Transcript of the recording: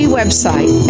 website